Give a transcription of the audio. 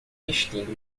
vestindo